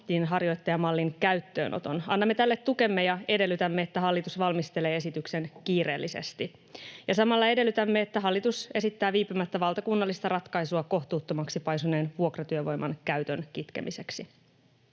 ammatinharjoittajamallin käyttöönoton. Annamme tälle tukemme ja edellytämme, että hallitus valmistelee esityksen kiireellisesti. Samalla edellytämme, että hallitus esittää viipymättä valtakunnallista ratkaisua kohtuuttomaksi paisuneen vuokratyövoiman käytön kitkemiseksi.